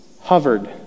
hovered